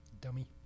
dummy